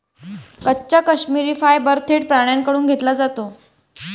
कच्चा काश्मिरी फायबर थेट प्राण्यांकडून घेतला जातो